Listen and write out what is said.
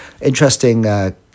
interesting